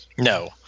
No